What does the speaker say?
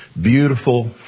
Beautiful